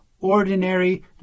ordinary